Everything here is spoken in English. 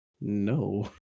No